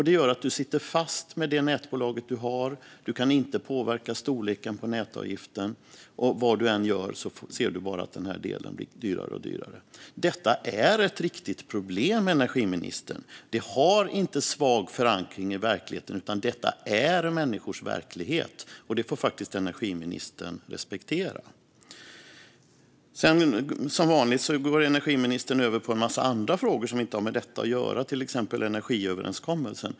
Det gör att man sitter fast med sitt nätbolag och inte kan påverka storleken på nätavgiften. Vad man än gör blir denna del dyrare och dyrare. Detta är ett riktigt problem, energiministern. Det har inte svag förankring i verkligheten, utan detta är människors verklighet. Det får energiministern faktiskt respektera. Som vanligt går energiministern in på en massa andra frågor som inte har med detta att göra, till exempel energiöverenskommelsen.